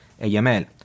AML